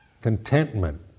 contentment